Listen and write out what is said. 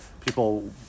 people